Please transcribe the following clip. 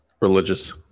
religious